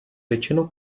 řečeno